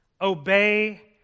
Obey